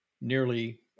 nearly